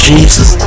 Jesus